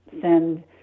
send